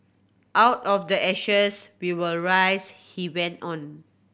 out of the ashes we will rise he went on